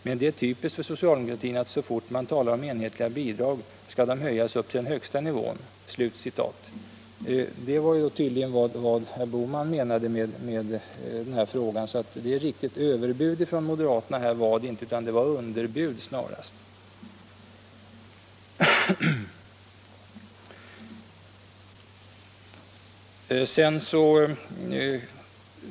Men det är typiskt för socialdemokratin att så fort man talar om enhetliga bidrag skall de höjas upp till den högsta nivån.” Det var tydligen vad herr Bohman menade i denna fråga. Det är alltså riktigt att det inte var något överbud från moderaterna utan det var snarast ett underbud.